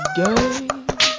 game